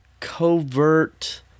covert